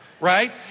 Right